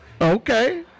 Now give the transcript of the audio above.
Okay